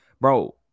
bro